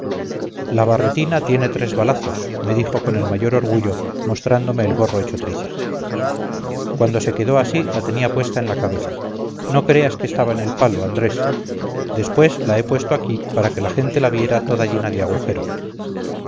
la barretina tiene tres balazos me dijo con el mayor orgullo mostrándome el gorro hecho trizas cuando se quedó así la tenía puesta en la cabeza no creas que estaba en el palo andrés después la he puesto aquí para que la gente la viera toda llena de agujeros